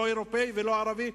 לא אירופי ולא ערבי,